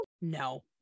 No